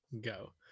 go